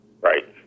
Right